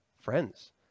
friends